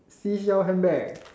seashell handbag